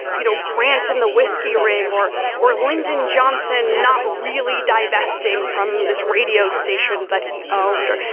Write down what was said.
you know, grant and the whiskey ring or or lyndon johnson not really divesting from this radio station that he owned or.